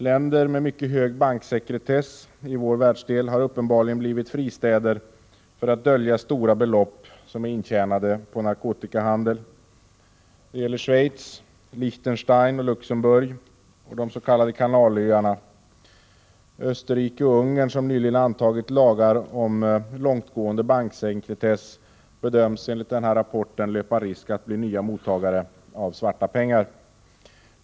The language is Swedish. Länder med mycket hög banksekretess i vår världsdel har uppenbarligen blivit fristäder för att dölja stora belopp som är intjänade på narkotikahandel. Det gäller Schweiz, Liechtenstein och Luxemburg och de s.k. kanalöarna. Österrike och Ungern, som nyligen antagit lagar om långtgående banksekretess, bedöms enligt rapporten löpa risk att bli nya mottagare av svarta pengar.